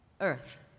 Earth